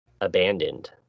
abandoned